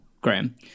Graham